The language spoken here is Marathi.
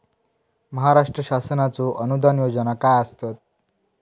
महाराष्ट्र शासनाचो अनुदान योजना काय आसत?